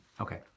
Okay